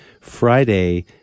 Friday